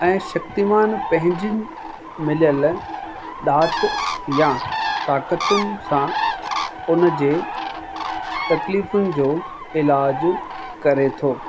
ऐं शक्तिमान पंहिंजियुनि मिलियलु ॾाति या ताक़तुनि सां उन जे तकलीफ़ुनि जो इलाजु करे थो